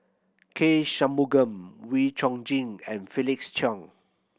K Shanmugam Wee Chong Jin and Felix Cheong